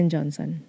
Johnson